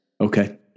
Okay